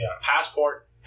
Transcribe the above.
passport